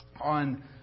on